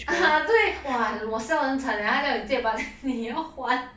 ah ha 对 !wah! 我笑得很惨他叫你借 but 你要还